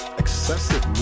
excessive